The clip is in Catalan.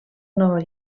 nova